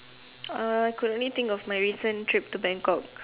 uh I could only think of my recent trip to Bangkok